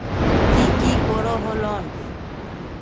ती की करोहो लोन?